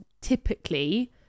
typically